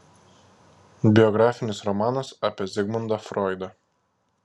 biografinis romanas apie zigmundą froidą